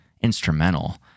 instrumental